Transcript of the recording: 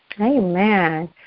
Amen